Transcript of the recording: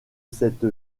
cette